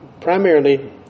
primarily